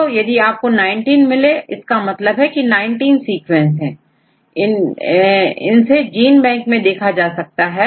तो यदि आपको19 मिले तो तात्पर्य है की19 सीक्वेंस है इनसे जीन बैंक मेंदेखा जा सकता है